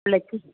இல்லை ஃபீஸ்